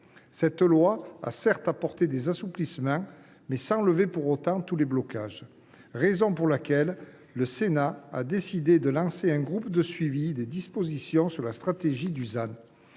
Cette loi a certes apporté des assouplissements, mais sans lever pour autant tous les blocages. C’est la raison pour laquelle le Sénat a décidé de lancer un groupe de suivi des dispositions législatives et